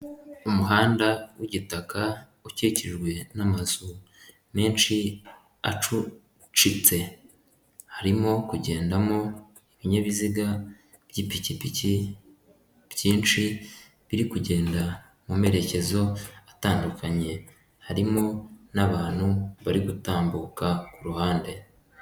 Umuhanda w'igitaka, ukikijwe n'amazu menshi acucitse, harimo kugendamo ibinyabiziga by'ipikipiki byinshi biri kugenda mu merekezo atandukanye, harimo n'abantu bari gutambuka ruhande.